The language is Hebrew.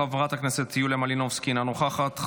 חברת הכנסת יוליה מלינובסקי, אינה נוכחת.